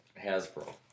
Hasbro